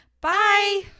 Bye